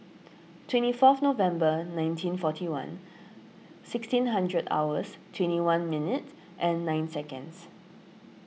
twenty four November nineteen forty one sixteen hours twenty one minutes and nine seconds